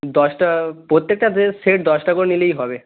দশটা প্রত্যেকটাতে সেট দশটা করে নিলেই হবে